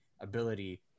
ability